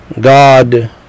God